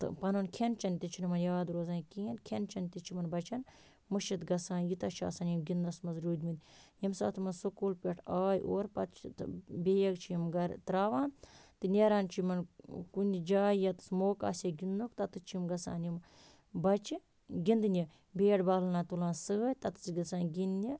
تہٕ پَنُن کھیٚن چیٚن تہِ چھُ نہِ یِمَن یاد روزان کِہیٖنۍ کھیٚن چیٚن تہِ چھُ یِمَن بَچَن مٔشیٖد گَژھان یوٗتاہ چھِ یِم آسان گِنٛدنَس مَنٛز روٗدۍمٕتۍ ییٚمہِ ساتہٕ وۄنۍ سوٚکوٗل پیٚٹھ آیہِ اور پَتہٕ چھُ تِم بیگ چھِ یِم گَرٕ تراوان تہٕ نیران چھُ یِمَن کُنہِ جایہِ ییٚتَس موقعہٕ آسیٚکھ گِنٛدنُک تَتیٚتھ چھِ یِم گَژھان یِم بَچہِ گِنٛدنہِ بیٹ بال ہنا تُلان سۭتۍ تَتٮ۪س گَژھان گِنٛدنہِ